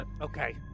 Okay